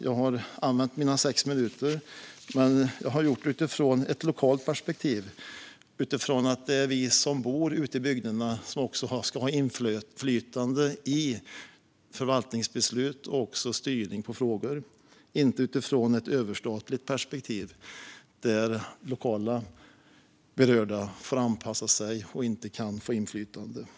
Jag har använt mina sex minuters talartid, men jag har gjort det utifrån ett lokalt perspektiv där det är vi som bor ute i bygderna som ska ha inflytande på förvaltningsbeslut och styrning av frågor - inte utifrån ett överstatligt perspektiv där lokala berörda får anpassa sig och inte kan ha något inflytande.